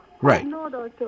Right